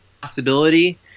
possibility